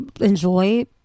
enjoy